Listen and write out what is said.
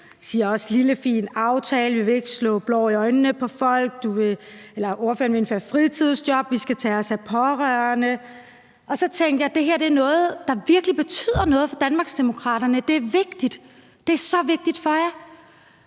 og taler også om en lille, fin aftale; om, at vi ikke skal stikke blår i øjnene på folk, at ordføreren vil indføre fritidsjob, og at vi skal tage os af pårørende. Så tænkte jeg, at det her er noget, der virkelig betyder noget for Danmarksdemokraterne. Det er vigtigt; det er så vigtigt for jer.